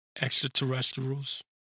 extraterrestrials